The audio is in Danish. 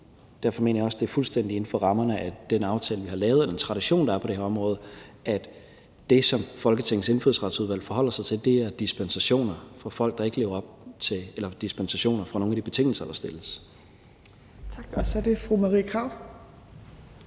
derfor mener jeg også, det er fuldstændig inden for rammerne af den aftale, vi har lavet, og den tradition, der er på det her område, at det, som Folketingets Indfødsretsudvalg forholder sig til, er dispensationer fra nogle af de betingelser, der stilles. Kl. 14:44 Tredje næstformand (Trine Torp): Tak. Så er det fru Marie Krarup.